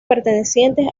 pertenecientes